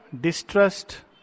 distrust